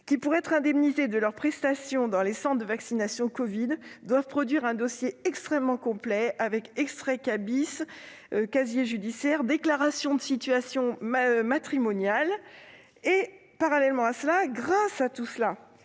qui, pour être indemnisés de leurs prestations dans les centres de vaccination covid, doivent produire un dossier très complet, avec extrait Kbis, casier judiciaire et déclaration de situation matrimoniale -, alors que, parallèlement et grâce à tout cela,